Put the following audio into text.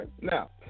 Now